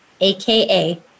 aka